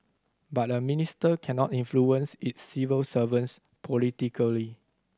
but a minister cannot influence his civil servants politically